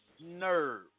nerve